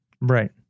Right